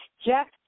Jeff